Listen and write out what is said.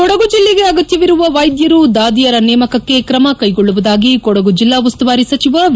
ಕೊಡಗು ಜಿಲ್ಲೆಗೆ ಅಗತ್ಯವಿರುವ ವೈದ್ಯರು ದಾದಿಯರ ನೇಮಕಕ್ಕೆ ಕ್ರಮ ಕೈಗೊಳ್ಳುವುದಾಗಿ ಕೊಡಗು ಜಿಲ್ಲಾ ಉಸ್ತುವಾರಿ ಸಚಿವ ವಿ